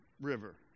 river